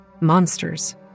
Monsters